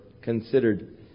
considered